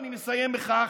אני מסיים בכך,